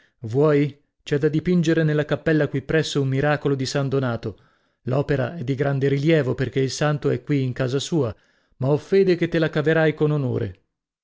vuoi c'è da dipingere nella cappella qui presso un miracolo di san donato l'opera è di grande rilievo perchè il santo è qui in casa sua ma ho fede che te la caverai con onore